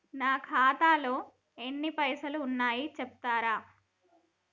నా ఖాతాలో ఎన్ని పైసలు ఉన్నాయి చెప్తరా?